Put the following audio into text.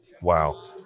Wow